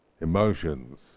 Emotions